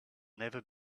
never